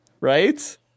Right